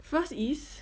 first is